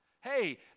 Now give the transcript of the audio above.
Hey